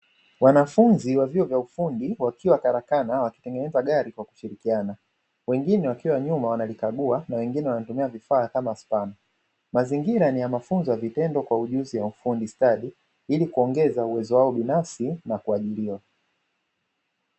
Wanafunzi wa vyuo vya ufundi wakiwa karakana wakitengeneza gari kwa kushirikiana, wengine wakiwa nyuma wanalikagua na wengine wanatumia vifaa kama spana. Mazingira ni ya mafunzo ya vitendo kwa ujuzi wa ufundi stadi ili kuongeza uwezo wao binafsi na kuajiriwa.